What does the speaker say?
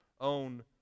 own